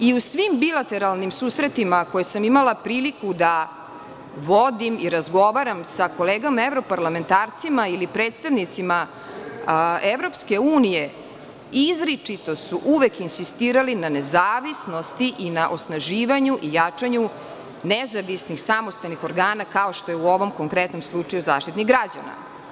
U svim bilateralnim susretima koje sam imala priliku da vodim i razgovaram sa kolegama evroparlamentarcima ili predstavnicima EU, izričito su uvek insistirali na nezavisnosti i na osnaživanju i jačanju nezavisnih, samostalnih organa, kao što je u ovom konkretnom slučaju Zaštitnik građana.